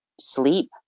sleep